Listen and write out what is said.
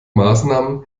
maßnahmen